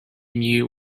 knew